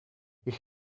ich